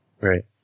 Right